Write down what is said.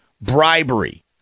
bribery